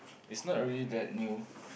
is not really that new